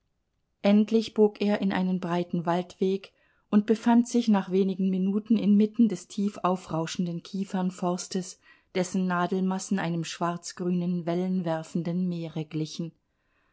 endlich bog er in einen breiten waldweg und befand sich nach wenigen minuten inmitten des tiefaufrauschenden kiefernforstes dessen nadelmassen einem schwarzgrünen wellenwerfenden meere glichen